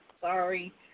Sorry